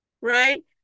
right